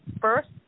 first